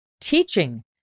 teaching